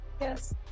yes